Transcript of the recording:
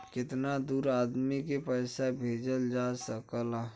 कितना दूर आदमी के पैसा भेजल जा सकला?